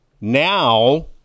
now